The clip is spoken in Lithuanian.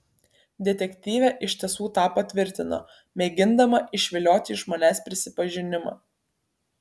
detektyvė iš tiesų tą patvirtino mėgindama išvilioti iš manęs prisipažinimą